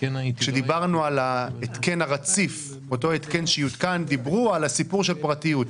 כשדיברנו על ההתקן הרציף דיברו על עניין הפרטיות.